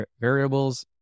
variables